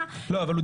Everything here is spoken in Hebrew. ארבל, בבקשה.